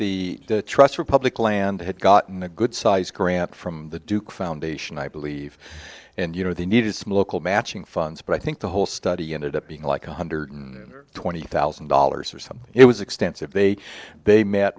that the truss republican land had gotten a good sized grant from the duke foundation i believe and you know they needed some local matching funds but i think the whole study ended up being like one hundred twenty thousand dollars or something it was extensive they bay met